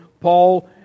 Paul